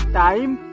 time